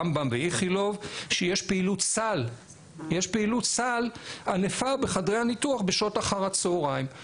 רמב"ם ואיכילוב שיש פעילות סל ענפה בחדרי הניתוח בשעות אחר הצוהריים.